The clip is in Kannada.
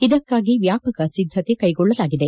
ಇದಕ್ಕಾಗಿ ವ್ಯಾಪಕ ಸಿದ್ದತೆ ಕೈಗೊಳ್ಳಲಾಗಿದೆ